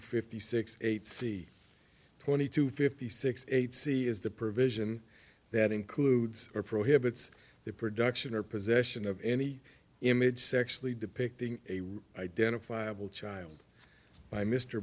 fifty six eight c twenty two fifty six eight c is the provision that includes or prohibits the production or possession of any image sexually depicting a identifiable child by mr